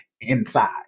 inside